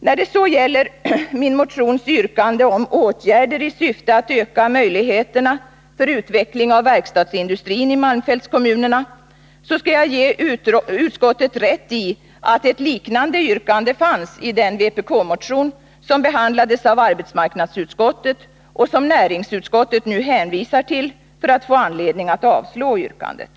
När det så gäller min motions yrkande om åtgärder i syfte att öka möjligheterna för utveckling av verkstadsindustrin i malmfältskommunerna skall jag ge utskottet rätt i att ett liknande yrkande fanns i den vpk-motion, som behandlades av arbetsmarknadsutskottet och som näringsutskottet nu hänvisar till för att få anledning att avslå yrkandet.